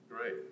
Great